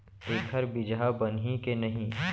एखर बीजहा बनही के नहीं?